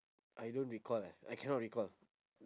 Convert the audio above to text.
I don't recall eh I cannot recall